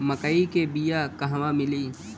मक्कई के बिया क़हवा मिली?